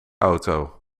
auto